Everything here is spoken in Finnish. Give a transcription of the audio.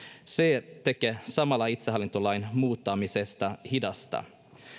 se tekee samalla itsehallintolain muuttamisesta hidasta